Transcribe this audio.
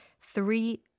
three